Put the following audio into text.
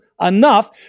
enough